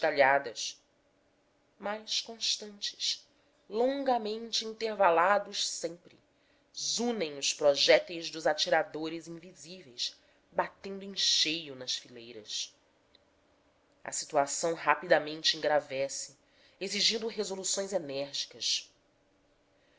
galhadas mas constantes longamente intervalados sempre zunem os projetis dos atiradores invisíveis batendo em cheio nas fileiras a situação rapidamente engravesce exigindo resoluções enérgicas